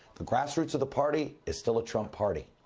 the grassroots of the party is still a trump party.